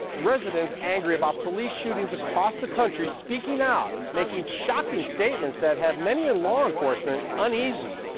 residents angry about police shootings across the country speaking out, making shocking statements that have many in law enforcement uneasy.